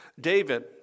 David